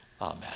Amen